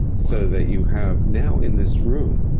so that you have now, in this room,